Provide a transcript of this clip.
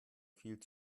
viel